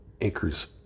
anchors